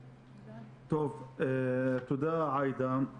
תודה, עאידה.